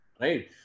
right